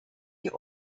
die